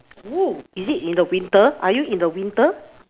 oo is it in the winter are you in the winter